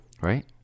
right